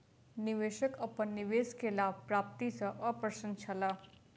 निवेशक अपन निवेश के लाभ प्राप्ति सॅ अप्रसन्न छला